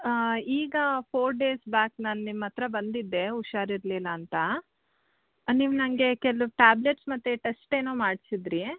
ಈಗ four days back ನಾನು ನಿಮ್ಮತ್ತಿರ ಬಂದಿದ್ದೆ ಹುಷಾರಿರಲಿಲ್ಲ ಅಂತ ನೀವು ನನಗೆ ಕೆಲವು ಟ್ಯಾಬ್ಲೇಟ್ಸ್ ಮತ್ತು ಟೆಸ್ಟ್ ಏನೋ ಮಾಡಿಸಿದ್ರಿ